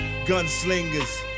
gunslingers